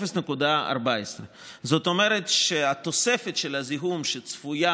0.14. זאת אומרת שהתוספת של הזיהום שצפויה